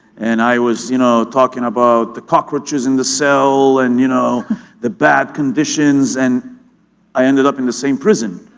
and i was you know talking about the cockroaches in the cell and you know the bad conditions, and i ended up in the same prison.